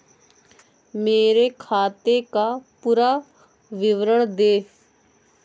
मेरे खाते का पुरा विवरण दे?